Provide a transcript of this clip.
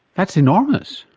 that's enormous!